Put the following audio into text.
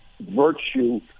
virtue